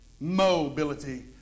Mobility